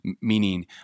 meaning